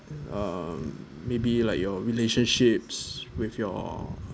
um maybe like your relationships with your